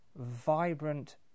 vibrant